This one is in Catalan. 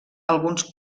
alguns